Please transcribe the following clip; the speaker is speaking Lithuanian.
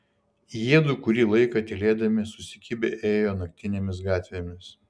jiedu kurį laiką tylėdami susikibę ėjo naktinėmis gatvėmis